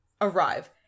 arrive